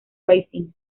racing